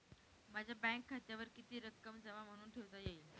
माझ्या बँक खात्यावर किती रक्कम जमा म्हणून ठेवता येईल?